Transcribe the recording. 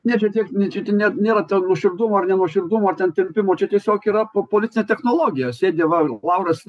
ne čia tiek ne čia te ne nėra ten nuoširdumo ar nenuoširdumo ten tempimo čia tiesiog yra po politinė technologijos sėdi va lauras